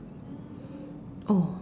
oh